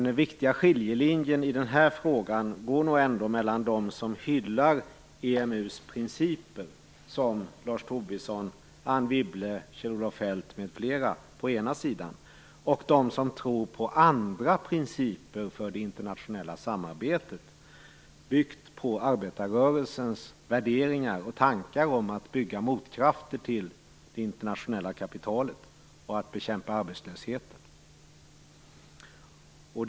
Den viktiga skiljelinjen i den här frågan går nog ändå mellan dem som hyllar EMU:s principer, som Lars Tobisson, Anne Wibble, Kjell Olof Feldt m.fl. på ena sidan och de som tror på andra principer för det internationella samarbetet, byggt på arbetarrörelsens värderingar och tankar om att bygga motkrafter mot det internationella kapitalet och att bekämpa arbetslösheten, på den andra.